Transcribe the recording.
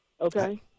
Okay